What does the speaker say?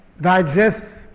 digest